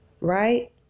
right